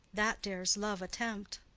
that dares love attempt.